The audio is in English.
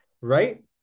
Right